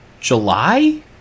July